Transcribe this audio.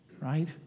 right